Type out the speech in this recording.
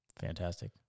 Fantastic